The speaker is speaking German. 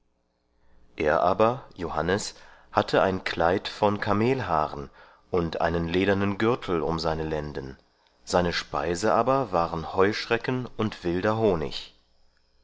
er aber johannes hatte ein kleid von kamelhaaren und einen ledernen gürtel um seine lenden seine speise aber war heuschrecken und wilder honig